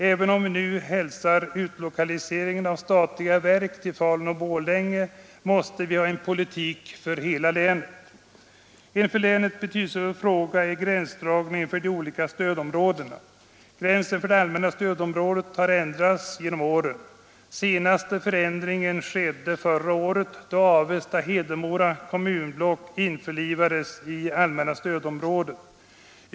Även om vi hälsar utlokaliseringen av statliga verk till Falun-Borlänge med glädje, måste vi ha en politik för hela länet. En för länet betydelsefull fråga är gränsdragningen för de olika stödområdena. Gränsen för det allmänna stödområdet har ändrats genom åren. Senaste förändringen skedde förra året, då Avesta-Hedemora kommunblock införlivades med allmänna stödområdet.